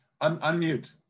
Unmute